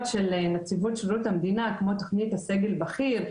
של נציבות שירות המדינה כמו תכנית הסגל הבכיר,